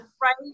right